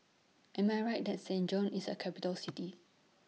Am I Right that Saint John's IS A Capital City